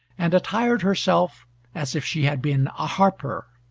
and attired herself as if she had been a harper.